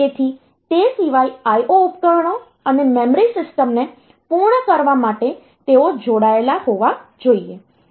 તેથી તે સિવાય IO ઉપકરણો અને મેમરી સિસ્ટમને પૂર્ણ કરવા માટે તેઓ જોડાયેલા હોવા જોઈએ